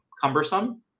cumbersome